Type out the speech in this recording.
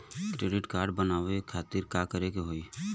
Credit card बनवावे खातिर का करे के होई?